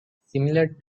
similar